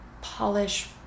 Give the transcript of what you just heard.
polish